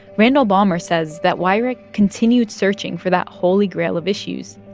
randall balmer says that weyrich continued searching for that holy grail of issues,